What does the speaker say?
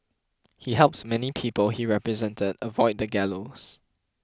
he helps many people he represented avoid the gallows